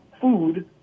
food